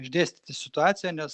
išdėstyti situaciją nes